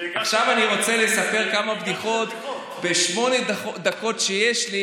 עכשיו אני רוצה לספר כמה בדיחות בשמונה הדקות שיש לי,